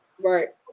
Right